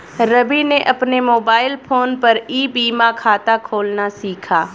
रवि ने अपने mobile phone पर ई बीमा खाता खोलना सीखा